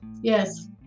Yes